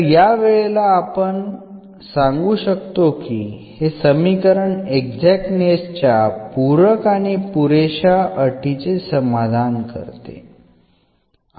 तर या वेळेला आपण सांगू शकतो की हे समीकरण एक्झाक्टनेस च्या पूरक आणि पुरेश्या अटीचे समाधान करते